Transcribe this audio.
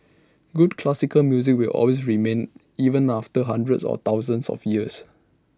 good classical music will always remain even after hundreds or thousands of years